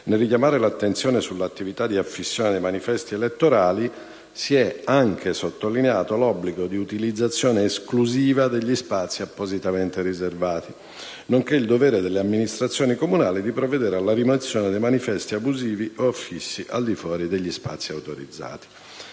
nel richiamare l'attenzione sull'attività di affissione dei manifesti elettorali, si è anche sottolineato l'obbligo di utilizzazione esclusiva degli spazi appositamente riservati, nonché il dovere delle amministrazioni comunali di provvedere alla rimozione dei manifesti abusivi o affissi al di fuori degli spazi autorizzati.